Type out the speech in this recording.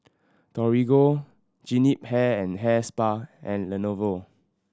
Torigo Jean Yip Hair and Hair Spa and Lenovo